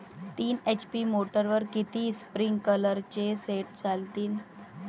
तीन एच.पी मोटरवर किती स्प्रिंकलरचे सेट चालतीन?